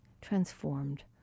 transformed